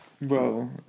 Bro